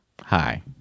Hi